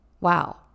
wow